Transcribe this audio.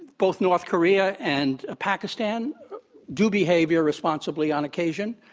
both north korea and ah pakistan do behave irresponsibly on occasion,